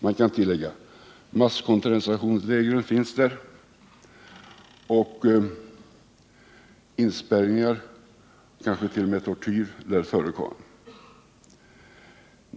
Man kan tiliägga att det finns masskoncentrationsläger och avspärrningar, t. 0. m. tortyr lär förekomma.